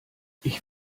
ich